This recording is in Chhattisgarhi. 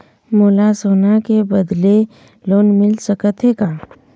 मोला सोना के बदले लोन मिल सकथे का?